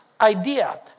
idea